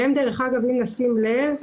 אם נשים לב,